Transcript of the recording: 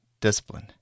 discipline